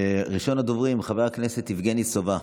ראשון הדוברים, חבר הכנסת יבגני סובה,